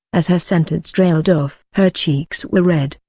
as her sentence trailed off. her cheeks were red,